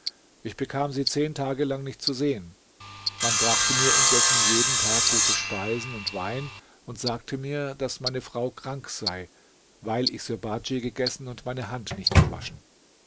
ich bekam sie zehn tage lang nicht zu sehen man brachte mir indessen jeden tag gute speisen und wein und sagte mir daß meine frau krank sei weil ich sirbadj gegessen und meine hand nicht gewaschen